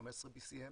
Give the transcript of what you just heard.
כ-15 BCM